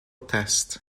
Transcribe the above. tests